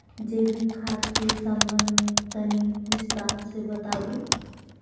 जैविक खाद के संबंध मे तनि विस्तार स बताबू?